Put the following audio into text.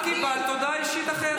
את קיבלת הודעה אישית אחרי ההצבעה.